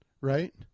Right